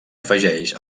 afegeix